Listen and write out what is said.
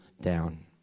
down